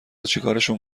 چیکارشون